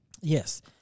Yes